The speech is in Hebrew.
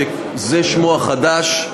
שזה שמו החדש.